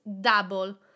double